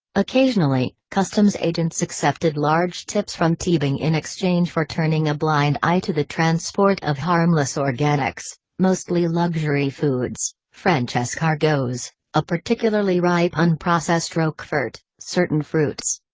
occasionally, customs agents accepted large tips from teabing in exchange for turning a blind eye to the transport of harmless organics mostly luxury foods french escargots, a particularly ripe unprocessed roquefort, certain fruits.